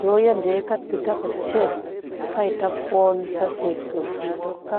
Doya ɗe kat kɨtap ka cet kai tap foon sa se kif yi tokka,